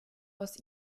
aus